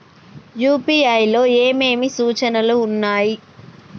UPI లో ఏమేమి సూచనలు ఉన్నాయి?